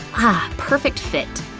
ah, perfect fit.